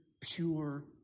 pure